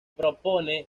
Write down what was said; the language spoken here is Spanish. propone